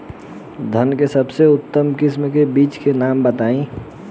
धान के सबसे उन्नत किस्म के बिज के नाम बताई?